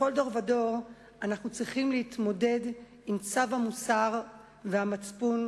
בכל דור ודור אנחנו צריכים להתמודד עם צו המוסר והמצפון,